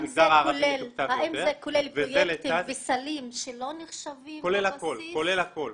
האם זה כולל פרויקטים וסלים שלא נחשבים בבסיס?